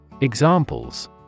Examples